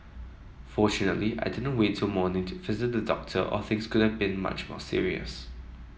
fortunately I didn't wait till morning to visit the doctor or things could have been much more serious